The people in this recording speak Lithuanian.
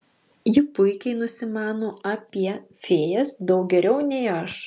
ji puikiai nusimano apie fėjas daug geriau nei aš